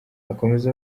akomeza